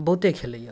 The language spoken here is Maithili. बहुते खेलैए